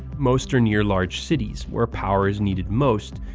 most are near large cities where power is needed most,